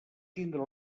tindre